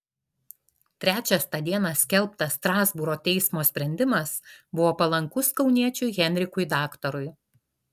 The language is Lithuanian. trečias tą dieną skelbtas strasbūro teismo sprendimas buvo palankus kauniečiui henrikui daktarui